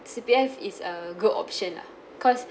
C_P_F is a good option lah cause